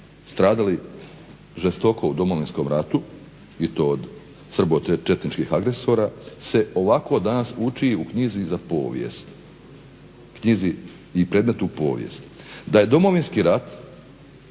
stradali žestoko u Domovinskom ratu i to od srbočetničkih agresora se ovako danas uči u knjizi za povijest, knjizi i predmetu povijest, da je "Domovinski rat